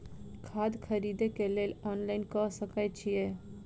खाद खरीदे केँ लेल ऑनलाइन कऽ सकय छीयै?